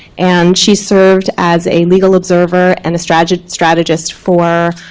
and she served as a legal observer and a strategist strategist for